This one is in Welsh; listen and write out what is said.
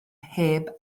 heb